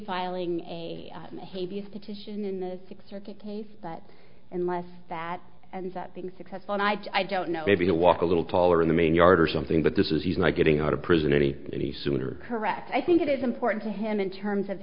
filing a hay views petition in the sixth circuit case but unless that ends up being successful i don't know maybe to walk a little taller in the main yard or something but this is he's not getting out of prison any any sooner correct i think it is important to him in terms of